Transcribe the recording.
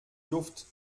luft